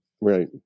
Right